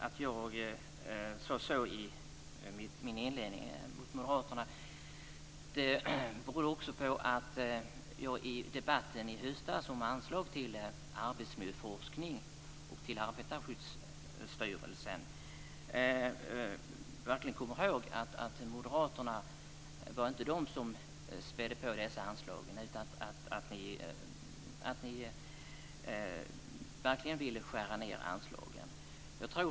Att jag sade som jag gjorde om moderaterna i min inledning beror på att jag verkligen kommer ihåg att moderaterna i debatten i höstas om anslag till arbetsmiljöforskning och till Arbetarskyddsstyrelsen inte var de som spädde på dessa anslag. Ni ville verkligen skära ned anslagen.